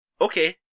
okay